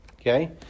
Okay